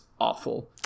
awful